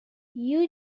you